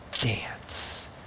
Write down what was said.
dance